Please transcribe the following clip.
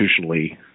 institutionally